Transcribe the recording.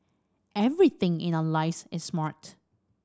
everything in our lives is smart